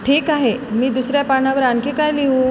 ठीक आहे मी दुसऱ्या पानावर आणखी काय लिहू